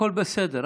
הכול בסדר,